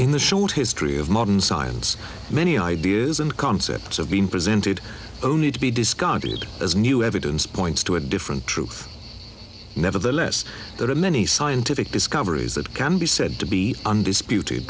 in the short history of modern science many ideas and concepts have been presented only to be discarded as new evidence points to a different truth nevertheless there are many scientific discoveries that can be said to be undisputed